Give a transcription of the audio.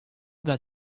that